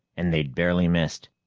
and they'd barely missed.